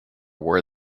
were